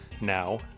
Now